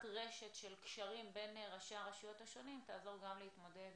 רשת של קשרים בין ראשי הרשויות השונות תעזור גם להתמודד